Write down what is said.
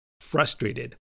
frustrated